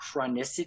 chronicity